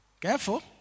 careful